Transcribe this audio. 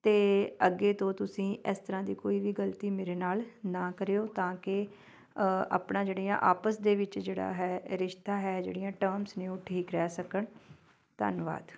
ਅਤੇ ਅੱਗੇ ਤੋਂ ਤੁਸੀਂ ਇਸ ਤਰ੍ਹਾਂ ਦੀ ਕੋਈ ਵੀ ਗਲਤੀ ਮੇਰੇ ਨਾਲ ਨਾ ਕਰਿਓ ਤਾਂ ਕਿ ਆਪਣਾ ਜਿਹੜੀਆਂ ਆਪਸ ਦੇ ਵਿੱਚ ਜਿਹੜਾ ਹੈ ਰਿਸ਼ਤਾ ਹੈ ਜਿਹੜੀਆਂ ਟਰਮਸ ਨੇ ਉਹ ਠੀਕ ਰਹਿ ਸਕਣ ਧੰਨਵਾਦ